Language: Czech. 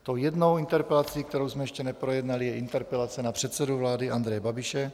Tou jednou interpelací, kterou jsme ještě neprojednali, je interpelace na předsedu vlády Andreje Babiše.